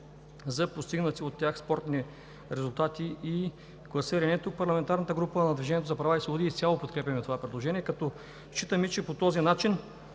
за постигнати от тях спортни резултати и класиране. От парламентарната група на „Движението за права и свободи“ изцяло подкрепяме това предложение, като считаме, че по този начин